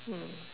hmm